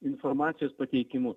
informacijos pateikimu